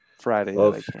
Friday